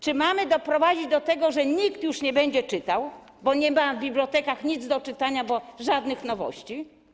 Czy mamy doprowadzić do tego, że nikt już nie będzie czytał, bo nie ma w bibliotekach nic do czytania, żadnych nowości?